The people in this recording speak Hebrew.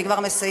אני כבר מסיימת.